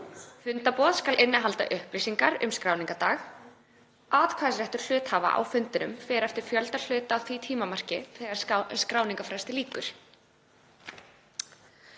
Fundarboð skal innihalda upplýsingar um skráningardag. Atkvæðisréttur hluthafa á fundinum fer eftir fjölda hluta á því tímamarki þegar skráningarfresti lýkur.“